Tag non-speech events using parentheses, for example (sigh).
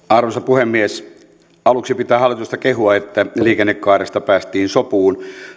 (unintelligible) arvoisa puhemies aluksi pitää hallitusta kehua että liikennekaaresta päästiin sopuun